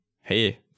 hey